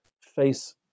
face